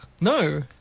No